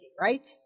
right